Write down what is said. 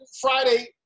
Friday